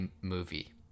movie